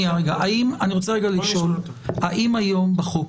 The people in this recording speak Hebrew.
האם היום בחוק,